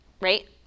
Right